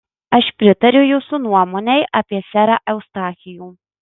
aš pritariu jūsų nuomonei apie serą eustachijų